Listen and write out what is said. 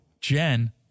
Jen